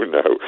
no